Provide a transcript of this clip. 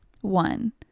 One